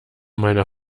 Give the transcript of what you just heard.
meiner